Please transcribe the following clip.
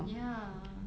ya